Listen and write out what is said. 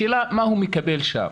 השאלה מה הוא מקבל שם.